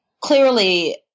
clearly